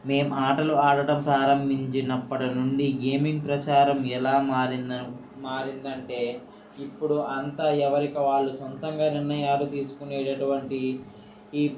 మేము ఆటలు ఆడడం ప్రారంభించినప్పటి నుండి గేమింగ్ ప్రచారం ఎలా మారిందం మారిందంటే ఇప్పుడు అంత ఎవరికి వాళ్ళు సొంతంగా నిర్ణయాలు తీసుకొనేటటువంటి ఈ